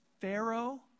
Pharaoh